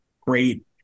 great